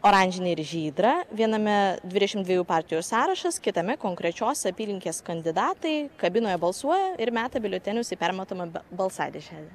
oranžinę ir žydrą viename dvidešim dviejų partijų sąrašas kitame konkrečios apylinkės kandidatai kabinoje balsuoja ir meta biuletenius į permatomą ba balsadėžę